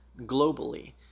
globally